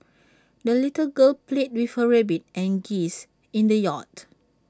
the little girl played with her rabbit and geese in the yard